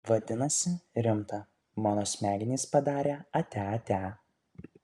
vadinasi rimta mano smegenys padarė atia atia